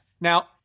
Now